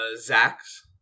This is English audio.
Zach's